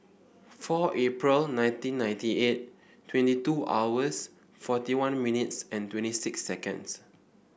four April nineteen ninety eight twenty two hours forty one minutes and twenty six seconds